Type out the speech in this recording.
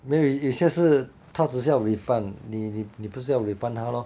but 有些事他只是要 refund 你不是要 refund 他咯